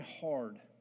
hard